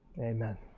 Amen